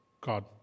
God